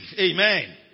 Amen